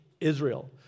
Israel